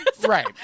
right